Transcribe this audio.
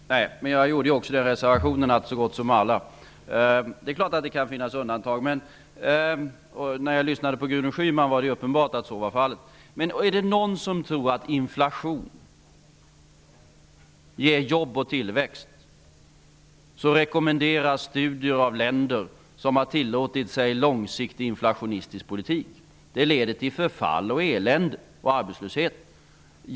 Fru talman! Nej, men jag gjorde också en reservation -- det gällde alltså så gott som alla. Det är klart att det kan finnas undantag -- när jag lyssnade på Gudrun Schyman var det uppenbart att så var fallet. Den som tror att inflation ger jobb och tillväxt rekommenderas studier av länder som har tillåtit sig en långsiktigt inflationistisk politik. Det leder till förfall, elände och arbetslöshet.